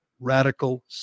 radical